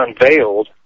Unveiled